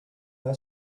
are